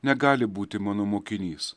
negali būti mano mokinys